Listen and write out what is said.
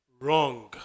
Wrong